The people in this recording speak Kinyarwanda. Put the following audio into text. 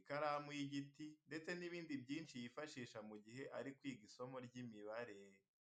ikaramu y'igiti ndetse n'ibindi byinshi yifashisha mu gihe ari kwiga isomo ry'imibare.